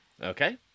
Okay